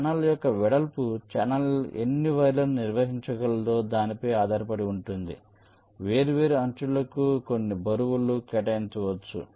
channel యొక్క వెడల్పు channel ఎన్ని వైర్లను నిర్వహించగలదో దానిపై ఆధారపడి ఉంటుంది వేర్వేరు అంచులకు కొన్ని బరువులు కేటాయించవచ్చు